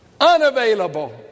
unavailable